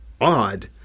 odd